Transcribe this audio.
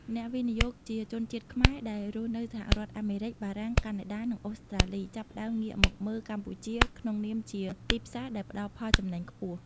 អ្នកវិនិយោគជាជនជាតិខ្មែរដែលរស់នៅសហរដ្ឋអាមេរិក បារាំង កាណាដា និងអូស្ត្រាលី ចាប់ផ្ដើមងាកមកមើលកម្ពុជាក្នុងនាមជាទីផ្សារដែលផ្ដល់ផលចំណេញខ្ពស់។